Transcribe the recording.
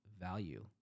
value